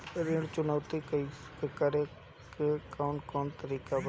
ऋण चुकौती करेके कौन कोन तरीका बा?